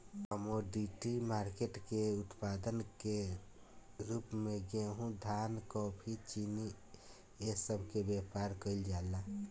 commodity market के उत्पाद के रूप में गेहूं धान कॉफी चीनी ए सब के व्यापार केइल जाला